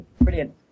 Brilliant